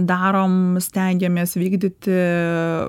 darom stengiamės vykdyti